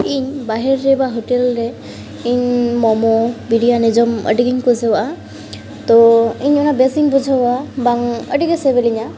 ᱤᱧ ᱵᱟᱦᱮᱨ ᱨᱮ ᱵᱟ ᱦᱳᱴᱮᱞᱨᱮ ᱤᱧ ᱢᱳᱢᱳ ᱵᱤᱨᱭᱟᱱᱤ ᱡᱚᱢ ᱟᱹᱰᱤᱜᱮᱧ ᱠᱩᱥᱤᱣᱟᱜᱼᱟ ᱛᱳ ᱤᱧ ᱚᱱᱟ ᱵᱮᱥᱤᱧ ᱵᱩᱡᱷᱟᱹᱣᱟ ᱵᱟᱝ ᱟᱹᱰᱤᱜᱮ ᱥᱤᱵᱤᱞᱤᱧᱟᱹ